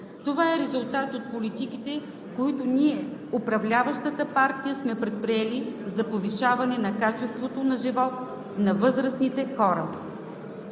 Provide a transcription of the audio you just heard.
Това е резултат от политиките, които ние – управляващата партия, сме предприели за повишаване на качеството на живот на възрастните хора.